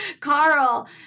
Carl